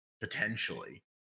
potentially